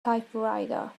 typewriter